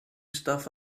stuff